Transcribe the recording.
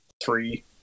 Three